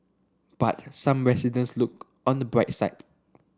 but some residents look on the bright side